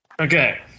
Okay